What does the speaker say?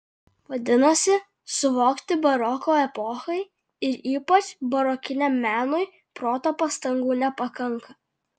vadinasi suvokti baroko epochai ir ypač barokiniam menui proto pastangų nepakanka